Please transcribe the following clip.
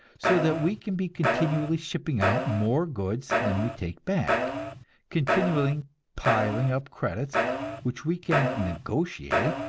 so that we can be continually shipping out more goods than we take back continually piling up credits which we can negotiate,